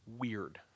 weird